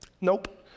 Nope